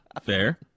Fair